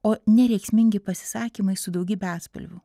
o ne rėksmingi pasisakymai su daugybe atspalvių